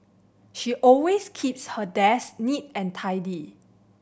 she always keeps her desk neat and tidy